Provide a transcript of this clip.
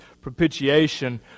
propitiation